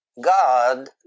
God